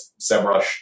SEMrush